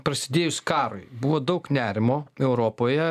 prasidėjus karui buvo daug nerimo europoje